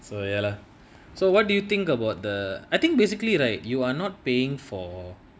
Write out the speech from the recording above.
so ya lah so what do you think about the I think basically right you are not paying for